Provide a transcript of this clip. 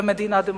ומדינה דמוקרטית.